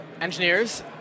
engineers